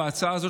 בהצעה הזאת,